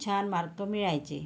छान मार्क मिळायचे